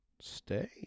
stay